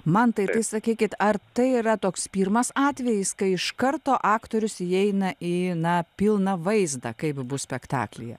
man tai sakykit ar tai yra toks pirmas atvejis kai iš karto aktorius įeina į aną pilną vaizdą kaip bus spektaklyje